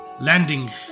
landing